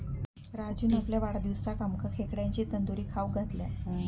राजून आपल्या वाढदिवसाक आमका खेकड्यांची तंदूरी खाऊक घातल्यान